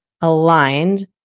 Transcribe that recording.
aligned